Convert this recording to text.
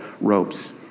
ropes